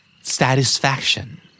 Satisfaction